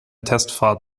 testfahrt